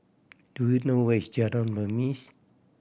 do you know where is Jalan Remis